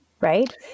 right